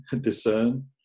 discern